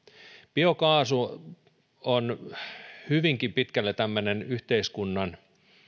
biokaasu on hyvinkin pitkälle tämmöinen yhteiskunnan